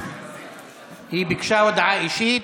היא ביקשה הודעה אישית,